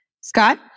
Scott